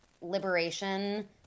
liberation